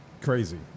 Crazy